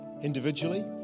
individually